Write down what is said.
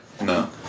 No